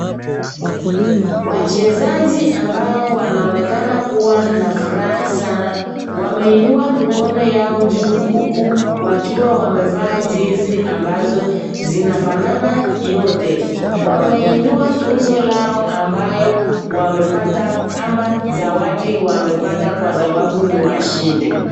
Wachezaji ambao wanaonekana kuwa na furaha sana wameinua mikono yao juu huku wakiwa wamevaa jezi ambazo zinafanana yote, wameinua tuzo yao ambayo wamepata ama zawadi wamepata kwa sababu ni washindi.